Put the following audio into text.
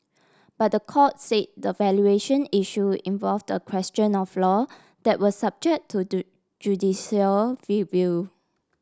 but the court say the valuation issue involved a question of law that was subject to judicial review